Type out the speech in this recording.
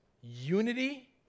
unity